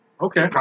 Okay